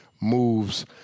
moves